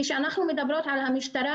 כאשר אנחנו מדברות על המשטרה,